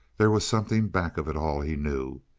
there was something back of it all, he knew.